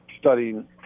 studying